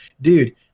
dude